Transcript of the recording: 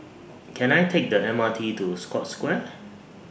Can I Take The M R T to Scotts Square